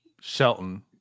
Shelton